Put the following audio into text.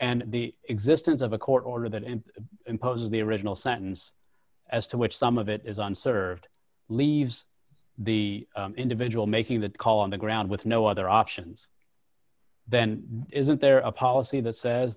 and the existence of a court order that and impose the original sentence as to which some of it is on served leaves the individual making that call on the ground with no other options then isn't there a policy that says